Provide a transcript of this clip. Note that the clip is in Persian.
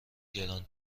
گران